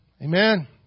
Amen